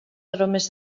aromes